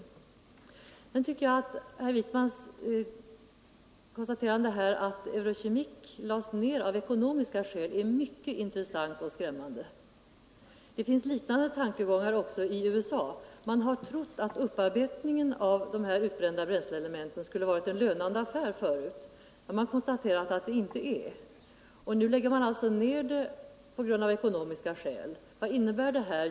Slutligen tycker jag att herr Wijkmans uttalande att Eurochemic lagts ned av ekonomiska skäl är mycket intressant och skrämmande. Det finns liknande tankegångar i USA. Där har man tidigare trott att upparbetningen av de utbrända bränsleelementen skulle vara en lönande affär, men nu har man konstaterat att det inte är det, och därför lägger man ned verksamheten av ekonomiska skäl. Och vad innebär det?